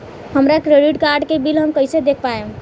हमरा credit card के bill हम कइसे देख पाएम?